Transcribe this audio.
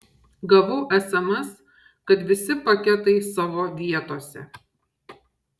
gavau sms kad visi paketai savo vietose